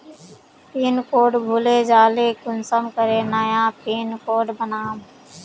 Pin code भूले जाले कुंसम करे नया पिन कोड बनाम?